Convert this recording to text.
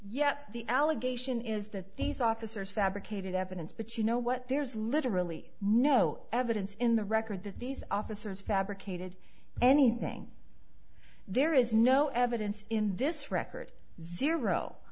yep the allegation is that these officers fabricated evidence but you know what there's literally no evidence in the record that these officers fabricated anything there is no evidence in this record zero